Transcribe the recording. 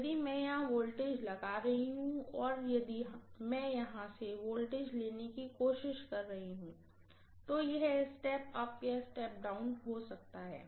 यदि मैं यहाँ तक वोल्टेज लगा रही हूँ और यदि मैं यहाँ से वोल्टेज लेने की कोशिश कर लगा रही हूँ तो यह स्टेप अप या स्टेप डाउन हो सकता है